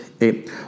eight